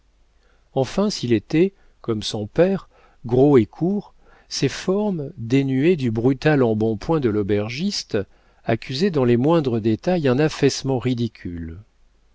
enfin s'il était comme son père gros et court ses formes dénuées du brutal embonpoint de l'aubergiste accusaient dans les moindres détails un affaissement ridicule